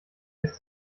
lässt